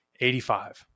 85